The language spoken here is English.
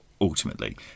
ultimately